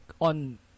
on